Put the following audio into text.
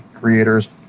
creators